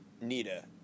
Nita